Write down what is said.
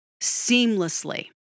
seamlessly